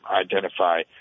identify